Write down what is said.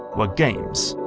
were games.